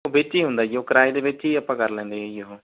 ਉਹ ਵਿੱਚ ਹੀ ਹੁੰਦਾ ਜੀ ਉਹ ਕਿਰਾਏ ਦੇ ਵਿੱਚ ਹੀ ਆਪਾਂ ਕਰ ਲੈਂਦੇ ਜੀ ਉਹ